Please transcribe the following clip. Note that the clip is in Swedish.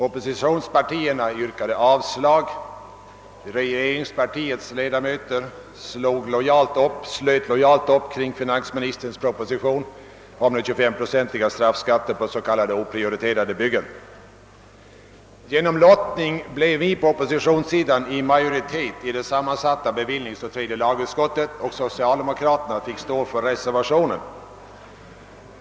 Oppositionspartierna yrkade avslag, ledamöterna av regeringspartiet slöt lojalt upp kring finansministerns proposition om den 25 procentiga straffskatten på så kallade oprioriterade byggen. Genom lottning blev vi på oppositionssidan majoritet i det sammansatta bevillningsoch tredje lagutskottet och socialdemokraterna fick stå för reservationen.